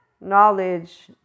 knowledge